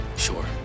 Sure